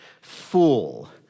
fool